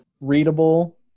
readable